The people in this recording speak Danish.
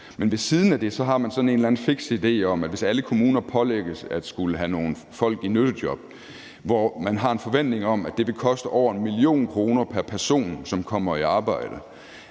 har man sådan en eller anden fiks idé om, at hvis alle kommuner pålægges at skulle have nogle folk i nyttejob, hvor man har en forventning om, at det vil koste over 1 mio. kr. pr. person, som kommer i arbejde,